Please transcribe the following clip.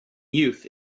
youth